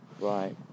Right